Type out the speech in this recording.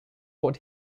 what